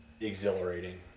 exhilarating